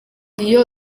iyo